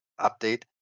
update